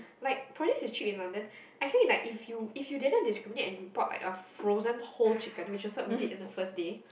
like produce is cheap in London actually like if you if you didn't discriminate and you bought like frozen whole chicken which was what we did in the first day